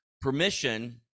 permission